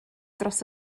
dros